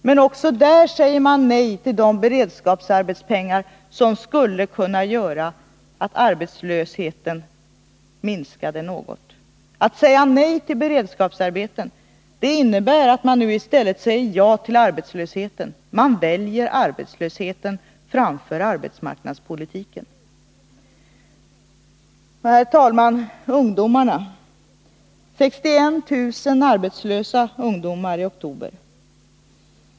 Men också där säger man nej till pengar för beredskapsarbeten som skulle kunna göra att arbetslösheten minskade något. Att säga nej till beredskapsarbeten innebär att man i stället säger ja till arbetslöshet. Man väljer arbetslösheten framför arbetsmarknadspolitiken. Så till ungdomarna. Hela 61 000 ungdomar var arbetslösa i oktober.